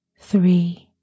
Three